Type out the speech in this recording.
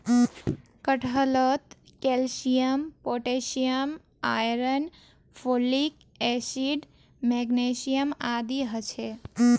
कटहलत calcium potassium iron folic acid magnesium आदि ह छे